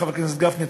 חבר הכנסת גפני,